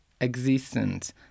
existence